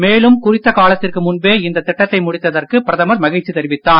மேலும் குறித்த காலத்திற்கு முன்பே இந்த திட்டத்தை முடித்ததற்கு பிரதமர் மகிழ்ச்சி தெரிவித்தார்